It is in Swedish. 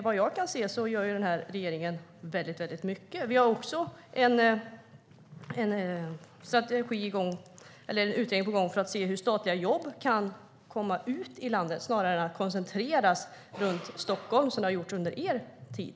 Vad jag kan se gör regeringen väldigt mycket. Vi har också en utredning på gång för att se hur statliga jobb kan komma ut i landet snarare än att koncentreras runt Stockholm, så som de har gjort under er tid.